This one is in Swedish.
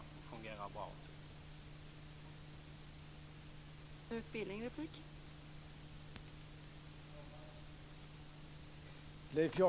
De fungerar bra, tycker vi.